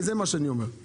הגעתי חבר'ה.